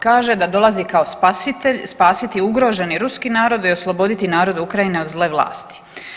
Kaže da dolazi kao spasitelj, spasiti ugroženi Ruski narod i oslobodi narod Ukrajine od zle vlasti.